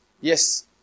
Yes